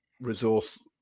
resource